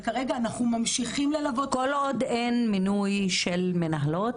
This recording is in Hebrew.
וכרגע אנחנו ממשיכים ללוות --- כל עוד אין מינוי של מנהלות,